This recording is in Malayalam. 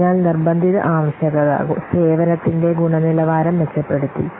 അതിനാൽ നിർബന്ധിത ആവശ്യകത സേവനത്തിന്റെ ഗുണനിലവാരം മെച്ചപ്പെടുത്തി